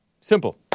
Simple